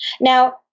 Now